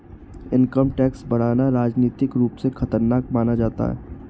income tax बढ़ाना राजनीतिक रूप से खतरनाक माना जाता है